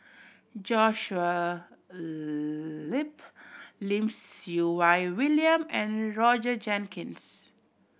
Joshua Lim Siew Wai William and Roger Jenkins